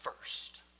first